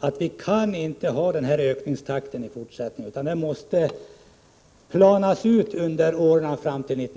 att nuvarande ökningstakt måste planas ut under åren fram till 1990.